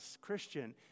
Christian